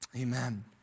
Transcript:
Amen